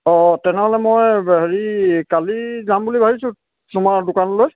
অঁ তেনেহ'লে মই হেৰি কালি যাম বুলি ভাবিছোঁ তোমাৰ দোকানলৈ